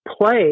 play